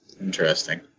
interesting